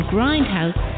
Grindhouse